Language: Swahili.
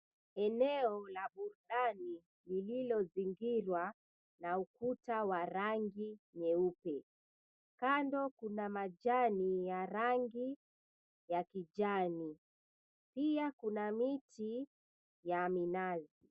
Eneo la burudani lililozingirwa na ukuta wa rangi nyeupe, kando kuna majani ya rangi ya kijani pia kuna miti ya minazi.